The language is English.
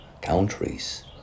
countries